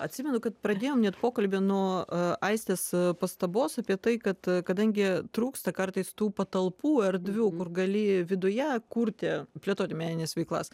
atsimenu kad pradėjom net pokalbį nuo aistės pastabos apie tai kad kadangi trūksta kartais tų patalpų erdvių kur gali viduje kurti plėtoti menines veiklas